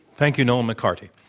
thank you, nolan mccarty.